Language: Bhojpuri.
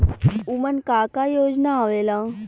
उमन का का योजना आवेला?